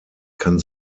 kann